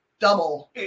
double